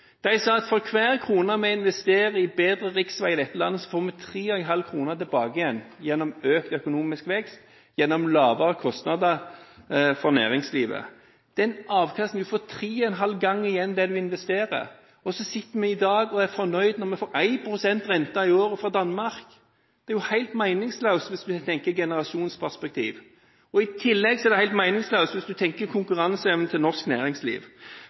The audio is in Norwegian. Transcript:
De sa at for hver krone vi investerer i bedre riksvei i dette landet, får vi 3,5 kroner tilbake igjen gjennom økt økonomisk vekst og lavere kostnader for næringslivet. Det er en avkastning – en får tre og en halv gang igjen det en investerer, og så sitter vi i dag og er fornøyde når vi får 1 pst. rente i året fra Danmark. Det er jo helt meningsløst hvis vi tenker generasjonsperspektiv. I tillegg er det helt meningsløst hvis en tenker på konkurranseevnen til norsk næringsliv.